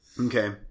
Okay